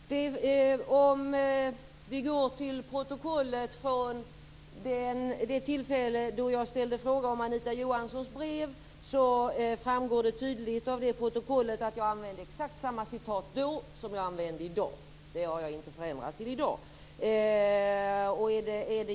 Herr talman! Det framgår tydligt av protokollet från det tillfälle då jag ställde frågor om Anita Johanssons brev att jag använde exakt samma citat då som jag använde i dag. Det har jag inte förändrat till i dag.